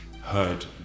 heard